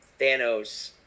Thanos